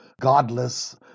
godless